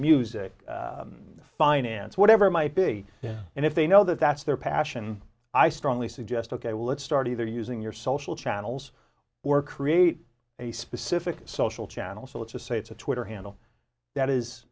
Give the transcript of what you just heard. music finance whatever it might be and if they know that that's their passion i strongly suggest ok well let's start either using your social channels or create a specific social channel so let's just say it's a twitter handle that is